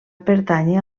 pertànyer